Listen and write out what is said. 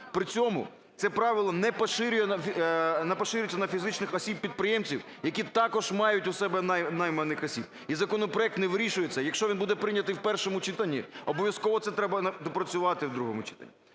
при цьому це правило не поширюється на фізичних осіб-підприємців, які також мають у себе найманих осіб, і законопроект не вирішує це. Якщо він буде прийнятий в першому читанні, обов'язково це треба допрацювати в другому читанні.